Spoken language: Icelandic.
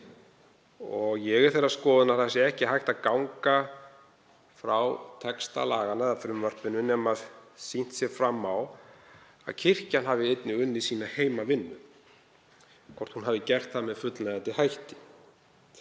Ég er þeirrar skoðunar að ekki sé hægt að ganga frá texta laganna eða frumvarpinu nema sýnt sé fram á að kirkjan hafi einnig unnið sína heimavinnu og að hún hafi gert það með fullnægjandi hætti.